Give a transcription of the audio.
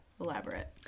Elaborate